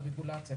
לרגולציה,